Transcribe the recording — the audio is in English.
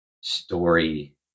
story